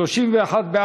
סעיפים 1 2 נתקבלו.